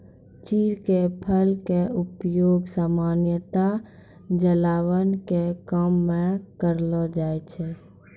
चीड़ के फल के उपयोग सामान्यतया जलावन के काम मॅ करलो जाय छै